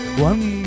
one